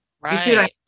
Right